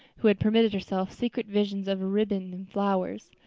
who had permitted herself secret visions of ribbon and flowers.